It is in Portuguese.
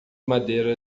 madeira